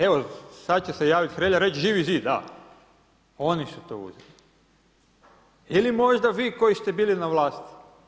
Evo, sad će se javit Hrelja reći Živi zid, da, oni su to uzeli ili možda vi koji ste bili na vlasti.